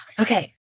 Okay